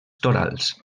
torals